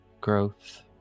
growth